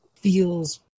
feels